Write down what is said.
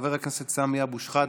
חבר הכנסת סמי אבו שחאדה,